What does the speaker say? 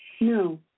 No